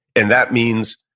and that means